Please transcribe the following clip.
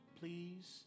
please